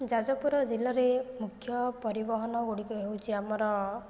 ଯାଜପୁର ଜିଲ୍ଲାରେ ମୁଖ୍ୟ ପରିବହନ ଗୁଡ଼ିକ ହେଉଛି ଆମର